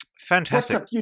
fantastic